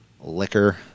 liquor